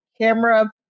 camera